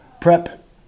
Prep